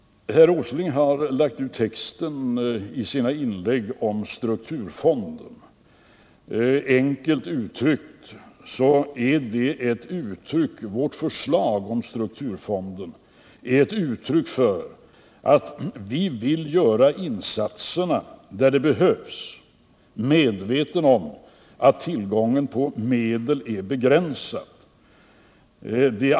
Herr Åsling har lagt ut texten i sina inlägg om strukturfonden. Vårt förslag rörande strukturfonden är ett uttryck för att vi vill göra insatserna där de behövs, medvetna om att tillgången på medel är begränsad.